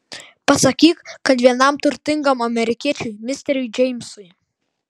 pasakyk kad vienam turtingam amerikiečiui misteriui džeimsui